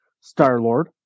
Star-Lord